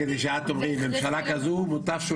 את הולכת עוד